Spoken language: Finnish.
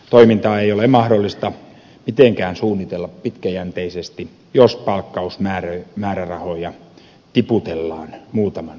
toimintaa ei ole mahdollista mitenkään suunnitella pitkäjänteisesti jos palkkausmäärärahoja tiputellaan muutaman kuukauden pätkissä